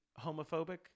homophobic